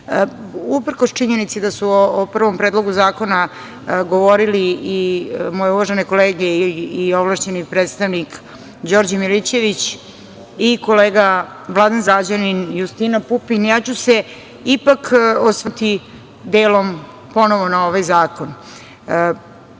činjenici da su o prvom predlogu zakona govorili i moje uvažene kolege i ovlašćeni predstavnik, Đorđe Milićević i kolega Vladan Zagrađanin, Justina Pupin, ja ću se ipak osvrnuti delom ponovo na ovaj zakon. Odnosi